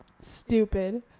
stupid